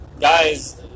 guys